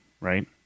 right